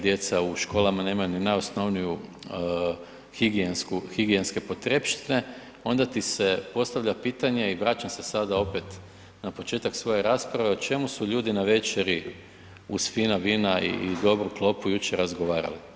Djeca u školama nemaju ni najosnovnije higijenske potrepštine, onda se postavlja pitanje i vraćam se sada opet na početak svoje rasprave, o čemu su ljudi na večeri uz fina vina i dobru klopu jučer razgovarali.